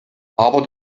aber